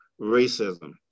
racism